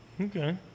Okay